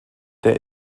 their